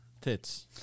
Tits